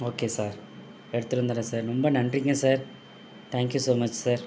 okay sir எடுத்துகிட்டு வந்தர்றேன் sir ரொம்ப நன்றிங்க sir thank you so much sir